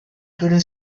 couldn’t